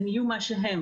הם יהיו מי שהם,